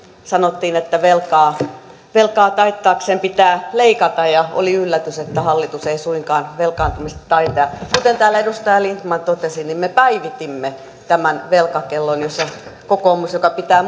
sanottiin että velkaa velkaa taittaakseen pitää leikata ja oli yllätys että hallitus ei suinkaan velkaantumista taita kuten täällä edustaja lindtman totesi me päivitimme tämän velkakellon jossa kokoomus joka pitää